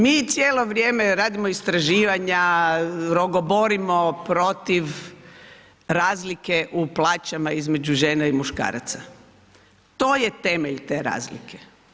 Mi cijelo vrijeme radimo istraživanja, rogoborimo protiv razlike u plaćama između žene i muškaraca, to je temelj te razlike.